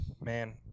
Man